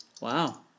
Wow